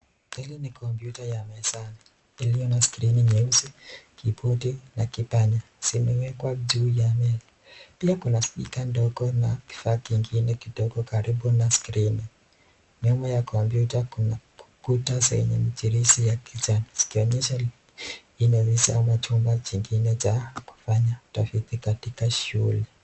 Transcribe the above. Hili ni kompyuta ya mezani iliyo na screen nyeusi, keyboard na kipanya imewekwa juu ya meza. Pia kuna spika ndogo na kifaa kingine kidogo karibu na screen nyuma ya kompyuta kuna kuta zenye michirizi za kijani zikionyesha hii ni ofisi ama jumba jingine cha kufanya utafiti katika shule.